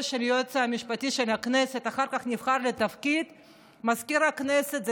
של היועץ המשפטי של הכנסת ואחר כך נבחר לתפקיד מזכיר הכנסת.